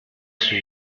sua